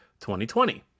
2020